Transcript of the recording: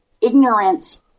ignorant